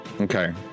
Okay